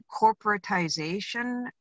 corporatization